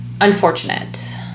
unfortunate